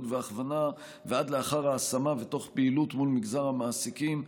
וההכוונה ועד לאחר ההשמה ותוך פעילות מול מגזר המעסיקים,